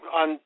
on